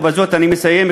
ובזה אני מסיים,